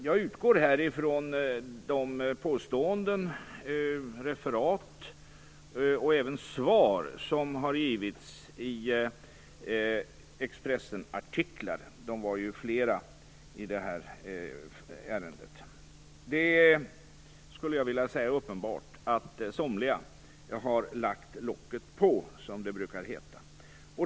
Jag utgår här från de påståenden, referat och även svar som har givits i Expressenartiklar. De var ju flera i detta ärende. Det är uppenbart att somliga har lagt locket på, som det brukar heta.